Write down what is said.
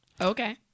Okay